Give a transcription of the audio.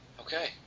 Okay